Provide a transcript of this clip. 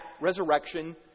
resurrection